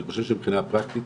אני חושב שמבחינה פרקטית,